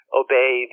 obey